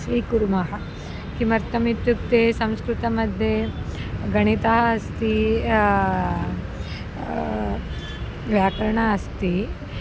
स्वीकुर्मः किमर्थम् इत्युक्ते संस्कृतमध्ये गणितम् अस्ति व्याकरणम् अस्ति